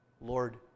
Lord